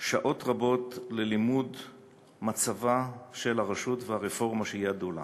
שעות רבות ללימוד מצבה של הרשות והרפורמה שייעדו לה.